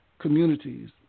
communities